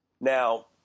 Now